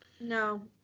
No